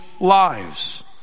lives